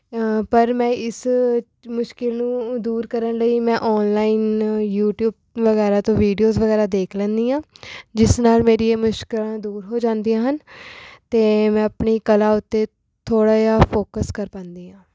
ਪਰ ਮੈਂ ਇਸ ਮੁਸ਼ਕਿਲ ਨੂੰ ਦੂਰ ਕਰਨ ਲਈ ਮੈਂ ਔਨਲਾਈਨ ਯੂਟਿਊਬ ਵਗੈਰਾ ਤੋਂ ਵੀਡੀਓਜ਼ ਵਗੈਰਾ ਦੇਖ ਲੈਂਦੀ ਹਾਂ ਜਿਸ ਨਾਲ ਮੇਰੀਆਂ ਮੁਸ਼ਕਿਲਾਂ ਦੂਰ ਹੋ ਜਾਂਦੀਆ ਹਨ ਅਤੇ ਮੈਂ ਆਪਣੀ ਕਲਾ ਉੱਤੇ ਥੋੜ੍ਹਾ ਜਿਹਾ ਫੋਕਸ ਕਰ ਪਾਉਂਦੀ ਹਾਂ